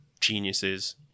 geniuses